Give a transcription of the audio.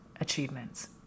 achievements